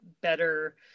better